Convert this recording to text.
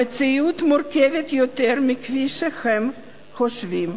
המציאות מורכבת יותר מכפי שהם חושבים,